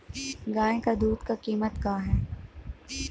गाय क दूध क कीमत का हैं?